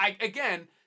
again